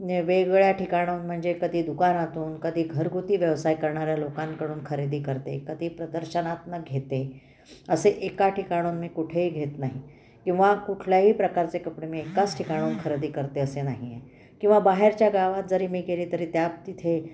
वेगवेगळ्या ठिकाणाहून म्हणजे कधी दुकानातून कधी घरगुती व्यवसाय करणाऱ्या लोकांकडून खरेदी करते कधी प्रदर्शनातनं घेते असे एका ठिकाणाहून मी कुठेही घेत नाही किंवा कुठल्याही प्रकारचे कपडे मी एकाच ठिकाणाहून खरेदी करते असे नाही आहे किंवा बाहेरच्या गावात जरी मी गेले तरी त्यात तिथे